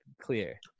clear